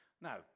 Now